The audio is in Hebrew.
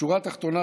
שורה תחתונה,